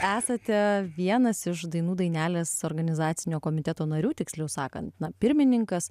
esate vienas iš dainų dainelės organizacinio komiteto narių tiksliau sakant na pirmininkas